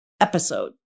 Episode